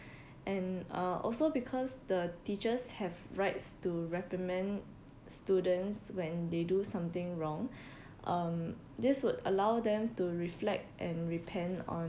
and uh also because the teachers have rights to recommend students when they do something wrong um this would allow them to reflect and repent on